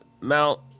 Mount